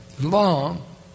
long